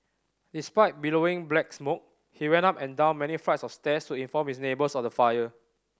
despite billowing black smoke he went up and down many flights of stairs to inform his neighbours of the fire